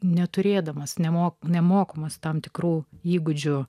neturėdamas nemoka nemokomas tam tikrų įgūdžių